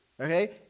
Okay